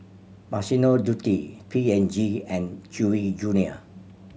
Massimo Dutti P and G and Chewy Junior